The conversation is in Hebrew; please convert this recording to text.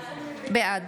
בעד